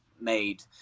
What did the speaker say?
made